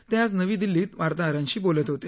ते आज नवी दिल्लीत वार्ताहरांशी बोलत होते